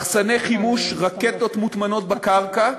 מחסני חימוש, רקטות מוטמנות בקרקע,